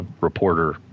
reporter